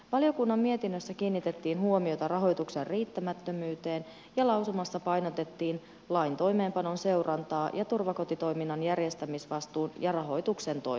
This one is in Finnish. valiokunnan mietinnössä kiinnitettiin huomiota rahoituksen riittämättömyyteen ja lausumassa painotettiin lain toimeenpanon seurantaa ja turvakotitoiminnan järjestämisvastuun ja rahoituksen toimivuutta